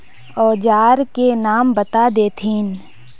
औजार के नाम बता देथिन?